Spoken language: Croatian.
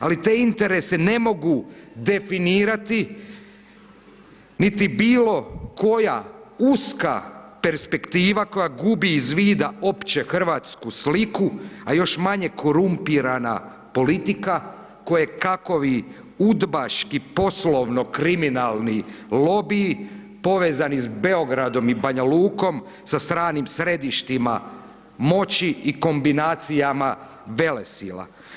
Ali te interese ne mogu definirati niti bilo koja uska perspektiva koja gubi iz vida opće hrvatsku sliku a još manje korumpirana politika koje kakovi udbaški poslovno kriminalni lobiji povezani sa Beogradom i Banjalukom sa stranim središtima moći i kombinacijama velesila.